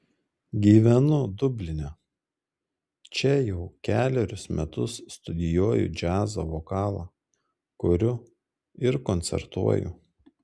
gyvenu dubline čia jau kelerius metus studijuoju džiazo vokalą kuriu ir koncertuoju